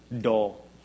dull